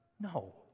No